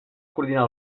coordinar